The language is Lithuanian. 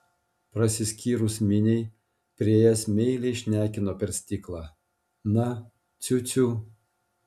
prasiskyrus miniai priėjęs meiliai šnekino per stiklą na ciu ciu